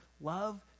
Love